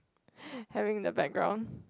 having the background